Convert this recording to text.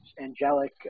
angelic